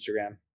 Instagram